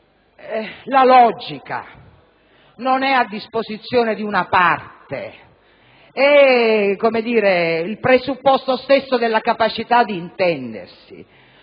la logica non è a disposizione di una parte, ma è - come dire - il presupposto stesso della capacità di intendersi: